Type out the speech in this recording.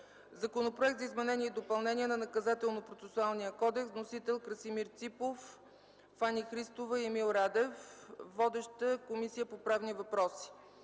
Законопроект за изменение и допълнение на Наказателно-процесуалния кодекс. Вносители са Красимир Ципов, Фани Христова и Емил Радев. Водеща е Комисията по правни въпроси.